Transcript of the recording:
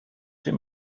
him